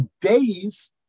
days